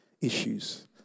issues